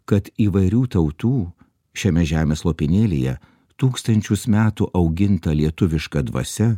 kad įvairių tautų šiame žemės lopinėlyje tūkstančius metų auginta lietuviška dvasia